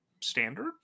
standard